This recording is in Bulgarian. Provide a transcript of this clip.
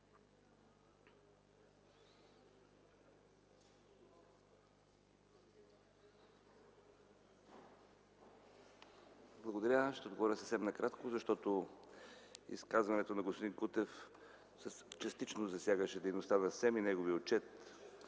Благодаря. Ще отговоря съвсем накратко, защото изказването на господин Кутев частично засягаше дейността на СЕМ и неговия отчет,